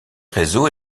réseaux